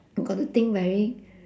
got to think very